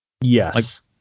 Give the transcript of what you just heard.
Yes